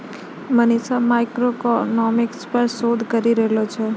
Manisha macroeconomics पर शोध करी रहलो छै